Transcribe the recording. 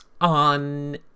On